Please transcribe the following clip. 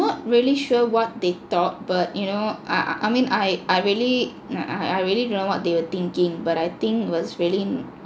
not really sure what they thought but you know I I mean I I really I I really don't know what they were thinking but I think it was really